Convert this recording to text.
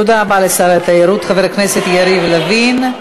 תודה לשר התיירות חבר הכנסת יריב לוין.